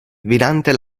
vidante